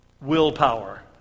willpower